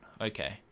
okay